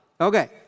Okay